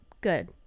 Good